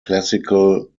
classical